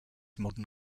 modern